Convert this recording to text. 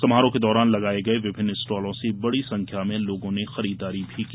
समारोह के दौरान लगाये गये विभिन्न स्टालों से बड़ी संख्या में लोगों ने खरीददारी की